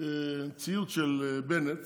ציוץ של בנט